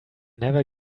never